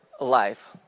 life